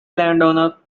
landowner